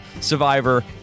Survivor